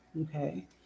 okay